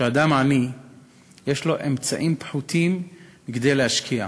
שאדם עני יש לו אמצעים פחותים כדי להשקיע.